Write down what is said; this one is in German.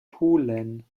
pulen